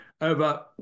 over